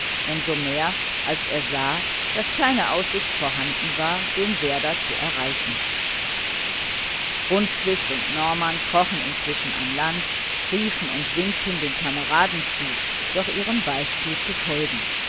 so mehr als er sah daß keine aussicht vorhanden war den werder zu erreichen rundquist und norman krochen inzwischen an land riefen und winkten den kameraden zu doch ihrem beispiel zu folgen